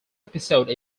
episode